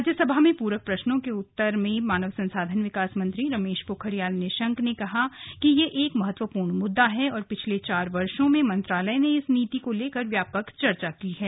राज्यसभा में पूरक प्रश्नों के उत्तर में मानव संसाधन विकास मंत्री रमेश पोखरियाल निशंक ने कहा कि यह एक महत्वपूर्ण मुद्दा है और पिछले चार वर्षों में मंत्रालय ने इस नीति को लेकर व्यापक चर्चा की है